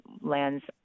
lands